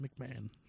McMahon